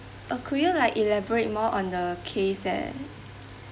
uh could you like elaborate more on the case that